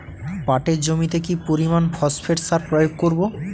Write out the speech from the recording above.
পাটের জমিতে কি পরিমান ফসফেট সার প্রয়োগ করব?